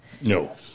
No